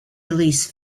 release